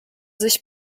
sich